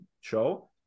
show